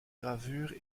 gravures